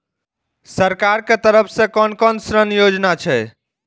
सरकार के तरफ से कोन कोन ऋण योजना छै?